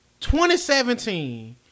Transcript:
2017